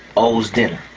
owes dinner.